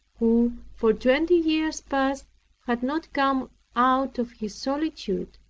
who for twenty years past had not come out of his solitude,